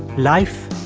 life,